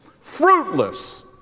Fruitless